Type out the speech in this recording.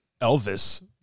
Elvis